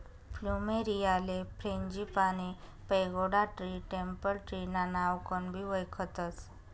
फ्लुमेरीयाले frangipani, pagoda tree, temple tree ना नावकनबी वयखतस